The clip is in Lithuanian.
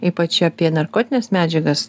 ypač apie narkotines medžiagas